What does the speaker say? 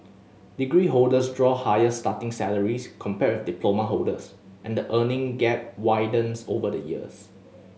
degree holders draw higher starting salaries compared with diploma holders and the earning gap widens over the years